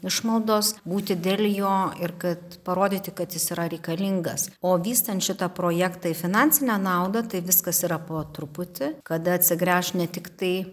išmaldos būti dėl jo ir kad parodyti kad jis yra reikalingas o vystant šitą projektą į finansinę naudą tai viskas yra po truputį kada atsigręš ne tiktai